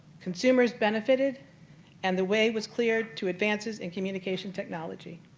consumers benefited and the way was cleared to advances in communication technology.